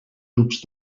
grups